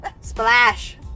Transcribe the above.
Splash